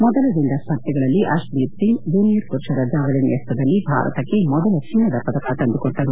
ಮೊದಲ ದಿನದ ಸ್ಪರ್ಧೆಗಳಲ್ಲಿ ಅರ್ಷದೀಪ್ ಸಿಂಗ್ ಜೂನಿಯರ್ ಪುರುಷರ ಜಾವೆಲಿನ್ ಎಸೆತದಲ್ಲಿ ಭಾರತಕ್ಕೆ ಮೊದಲ ಚಿನ್ನದ ಪದಕ ತಂದುಕೊಟ್ಟರು